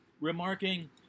remarking